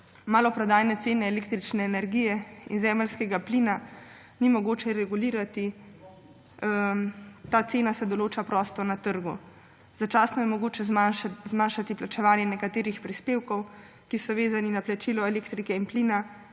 Maloprodajne cene električne energije in zemeljskega plina ni mogoče regulirati, ta cena se določa prosto na trgu. Začasno je mogoče zmanjšati plačevanje nekaterih prispevkov, ki so vezani na plačilo elektrike in plina,